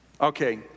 Okay